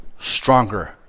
stronger